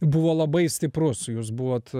buvo labai stiprus jūs buvot